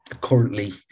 currently